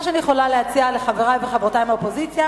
מה שאני יכולה להציע לחברי ולחברותי מהאופוזיציה